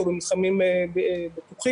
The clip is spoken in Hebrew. או במתחמים בטוחים.